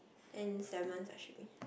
and salmon sashimi